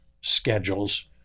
schedules